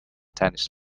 tennis